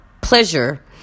pleasure